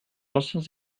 anciens